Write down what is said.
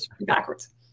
backwards